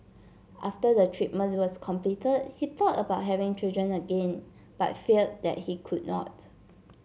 after the treatments was completed he thought about having children again but feared that he could not